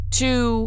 two